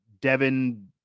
Devin